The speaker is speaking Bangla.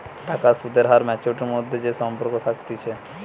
টাকার সুদের হার আর ম্যাচুয়ারিটির মধ্যে যে সম্পর্ক থাকতিছে